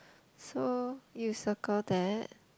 so you circle that